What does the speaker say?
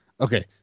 Okay